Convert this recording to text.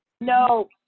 no